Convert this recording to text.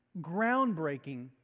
groundbreaking